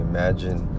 Imagine